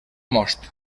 most